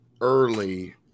early